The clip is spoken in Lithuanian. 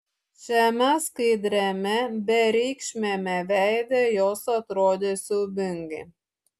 šiame skaidriame bereikšmiame veide jos atrodė siaubingai